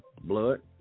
Blood